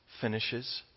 finishes